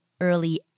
early